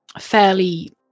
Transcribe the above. fairly